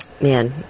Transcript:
Man